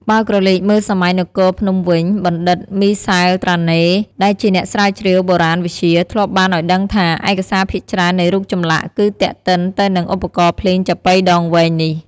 បើក្រឡេកមើលសម័យនគរភ្នំវិញ បណ្ឌិតមីសែល ត្រាណេ ដែលជាអ្នកស្រាវជ្រាវបុរាណវិទ្យា ធ្លាប់បានឲ្យដឹងថា ឯកសារភាគច្រើននៃរូបចម្លាក់ គឺទាក់ទិនទៅនឹងឧបករណ៍ភ្លេងចាប៉ីដងវែងនេះ។